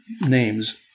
names